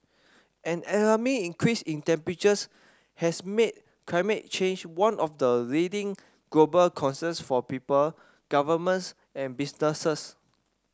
an alarming increase in temperatures has made climate change one of the leading global concerns for people governments and businesses